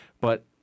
but-